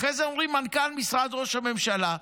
אחרי זה אומרים: מנכ"ל משרד ראש הממשלה,